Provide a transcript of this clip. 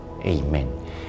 Amen